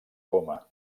coma